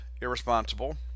irresponsible